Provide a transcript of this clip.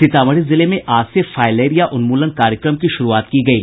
सीतामढ़ी जिले में आज से फाइलेरिया उन्मूलन कार्यक्रम की शुरूआत की गयी